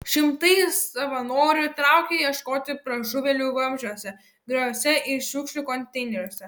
šimtai savanorių traukė ieškoti pražuvėlių vamzdžiuose grioviuose ir šiukšlių konteineriuose